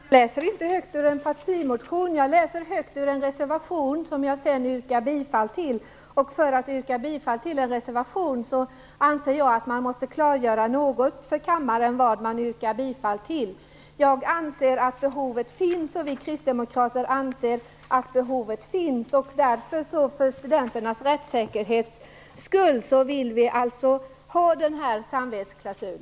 Fru talman! Jag läste inte högt ur en partimotion, utan jag läste högt ur en reservation som jag sedan yrkat bifall till. När man yrkar bifall till en reservation anser jag att man något måste klargöra för kammaren vad det är man yrkar bifall till. Vi kristdemokrater anser att nämnda behov finns. För studenternas rättssäkerhet vill vi därför ha en samvetsklausul.